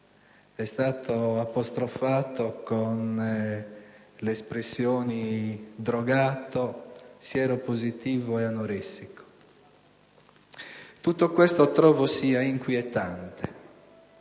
Cucchi, apostrofandolo con le espressioni "drogato", "sieropositivo" e "anoressico". Tutto questo credo sia inquietante.